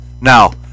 Now